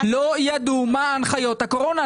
לא ידעו מה הנחיות של הקורונה.